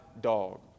Dog